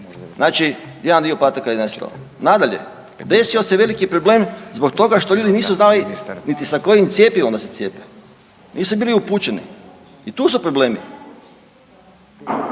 znači jedan dio podataka je nestao. Nadalje, desio se veliki problem zbog toga što ljudi nisu znali niti sa kojim cjepivom da se cijepe, nisu bili upućeni i tu su problemi.